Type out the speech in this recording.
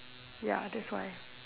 ya that's why